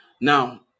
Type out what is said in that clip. now